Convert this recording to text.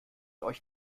euch